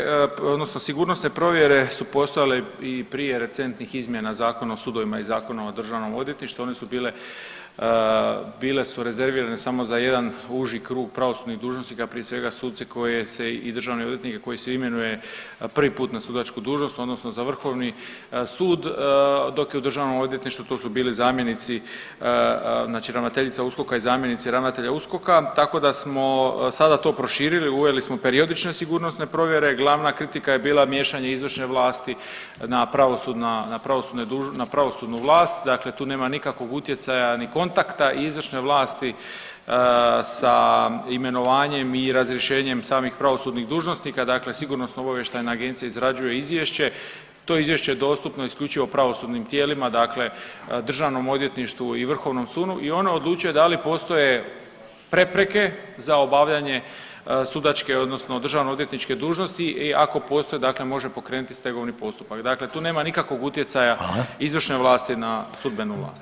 Pa imovinske odnosno sigurnosne provjere su postojale i prije recentnih izmjena Zakona o sudovima i Zakona o državnom odvjetništvu, one su bile, bile su rezervirane samo za jedan uži krug pravosudnih dužnosnika, prije svega suce koje se i državne odvjetnike koje se imenuje prvi put na sudačku dužnost odnosno za vrhovni sud dok je u državnom odvjetništvu to su bili zamjenici znači ravnateljica USKOK-a i zamjenici ravnatelja USKOK-a, tako da smo sada to proširili i uveli smo periodične sigurnosne provjere, glavna kritika je bila miješanje izvršne vlasti na pravosudna, na pravosudne, na pravosudnu vlast, dakle tu nema nikakvog utjecaja, ni kontakta izvršne vlasti sa imenovanjem i razrješenjem samih pravosudnih dužnosnika, dakle SOA izrađuje izvješće, to izvješće je dostupno isključivo pravosudnim tijelima, dakle državnom odvjetništvu i vrhovnom sudu i ono odlučuje da li postoje prepreke za obavljanje sudačke odnosno državno odvjetničke dužnosti i ako postoji dakle može pokrenuti stegovni postupak, dakle tu nema nikakvog utjecaja izvršne vlasti na sudbenu vlast.